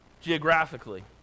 geographically